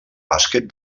bàsquet